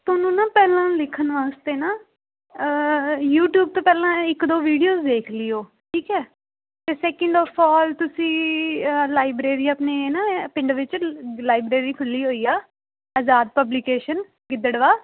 ਤੁਹਾਨੂੰ ਨਾ ਪਹਿਲਾਂ ਲਿਖਣ ਵਾਸਤੇ ਨਾ ਯੂਟਿਊਬ ਤੋਂ ਪਹਿਲਾਂ ਇੱਕ ਦੋ ਵੀਡੀਓਸ ਦੇਖ ਲਿਓ ਠੀਕ ਹੈ ਅਤੇ ਸੈਕਿੰਡ ਆਫ ਆਲ ਤੁਸੀਂ ਲਾਇਬ੍ਰੇਰੀ ਆਪਣੇ ਨਾ ਪਿੰਡ ਵਿੱਚ ਲਾਇਬ੍ਰੇਰੀ ਖੁੱਲ੍ਹੀ ਹੋਈ ਆ ਆਜ਼ਾਦ ਪਬਲਿਕੇਸ਼ਨ ਗਿੱਦੜਬਾਹਾ